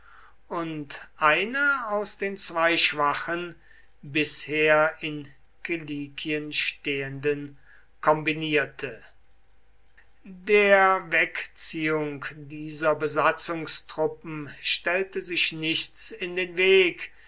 und eine aus den zwei schwachen bisher in kilikien stehenden kombinierte der wegziehung dieser besatzungstruppen stellte sich nichts in den weg